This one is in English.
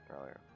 earlier